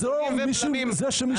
ולא זה שמישהו הצביע.